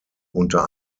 unter